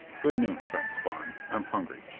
good noon, friend spawn. i'm hungry.